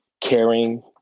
caring